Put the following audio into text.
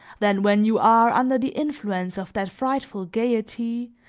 than when you are under the influence of that frightful gaiety,